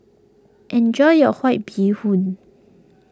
enjoy your White Bee Hoon